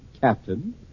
Captain